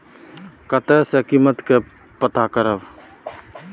कतय सॅ कीमत के पता करब?